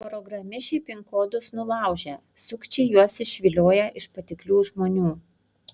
programišiai pin kodus nulaužia sukčiai juos išvilioja iš patiklių žmonių